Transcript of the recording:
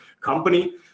company